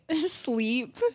sleep